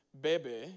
baby